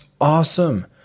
awesome